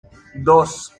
dos